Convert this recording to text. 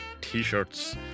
T-shirts